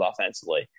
offensively